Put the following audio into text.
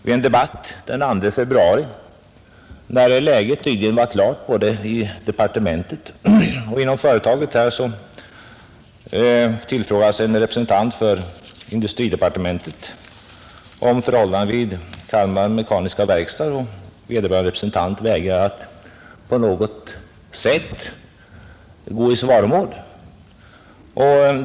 I en debatt den 2 februari, när läget tydligen stod klart både inom departementet och inom företaget, tillfrågades en representant för industridepartementet om förhållandena vid Kalmar verkstads AB, varvid han vägrade att på något sätt gå i svaromål.